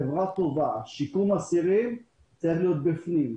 חברה טובה ושיקום אסירים צריך להיות בפנים.